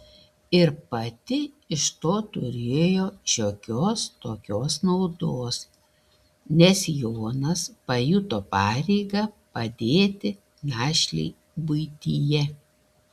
ir pati iš to turėjo šiokios tokios naudos nes jonas pajuto pareigą padėti našlei buityje